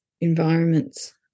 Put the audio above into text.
environments